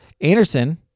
Anderson